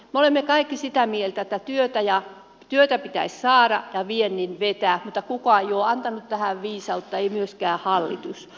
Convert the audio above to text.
me olemme kaikki sitä mieltä että työtä pitäisi saada ja viennin vetää mutta kukaan ei ole antanut tähän viisautta ei myöskään hallitus